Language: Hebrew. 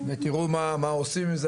ותראו מה עושים עם זה,